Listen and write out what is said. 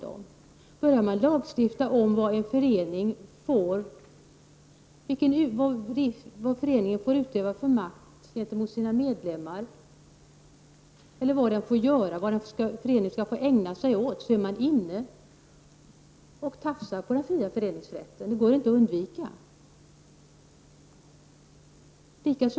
Om man lagstiftar om föreningars makt i förhållande till medlemmarna — om vad föreningar får ägna sig åt — är man genast inne på den fria föreningsrättens område. Det går inte att undvika.